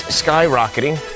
skyrocketing